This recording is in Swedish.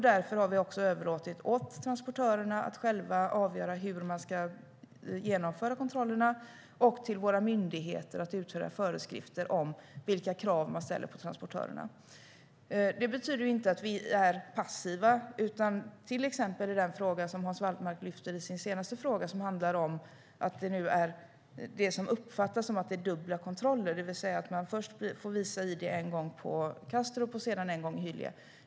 Därför har vi överlåtit åt transportörerna att själva avgöra hur de ska genomföra kontrollerna och till våra myndigheter att utfärda föreskrifter om vilka krav de ställer på transportörerna. Det betyder inte att vi är passiva. Hans Wallmark lyfter i sin senaste fråga fram det som uppfattas som att det är dubbla kontroller, det vill säga att man först får visa id en gång på Kastrup och sedan en gång i Hyllie.